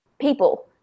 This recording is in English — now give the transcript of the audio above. people